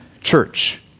church